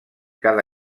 cada